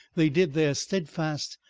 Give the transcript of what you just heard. they did their steadfast,